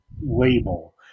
label